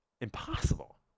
impossible